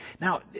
Now